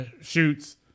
shoots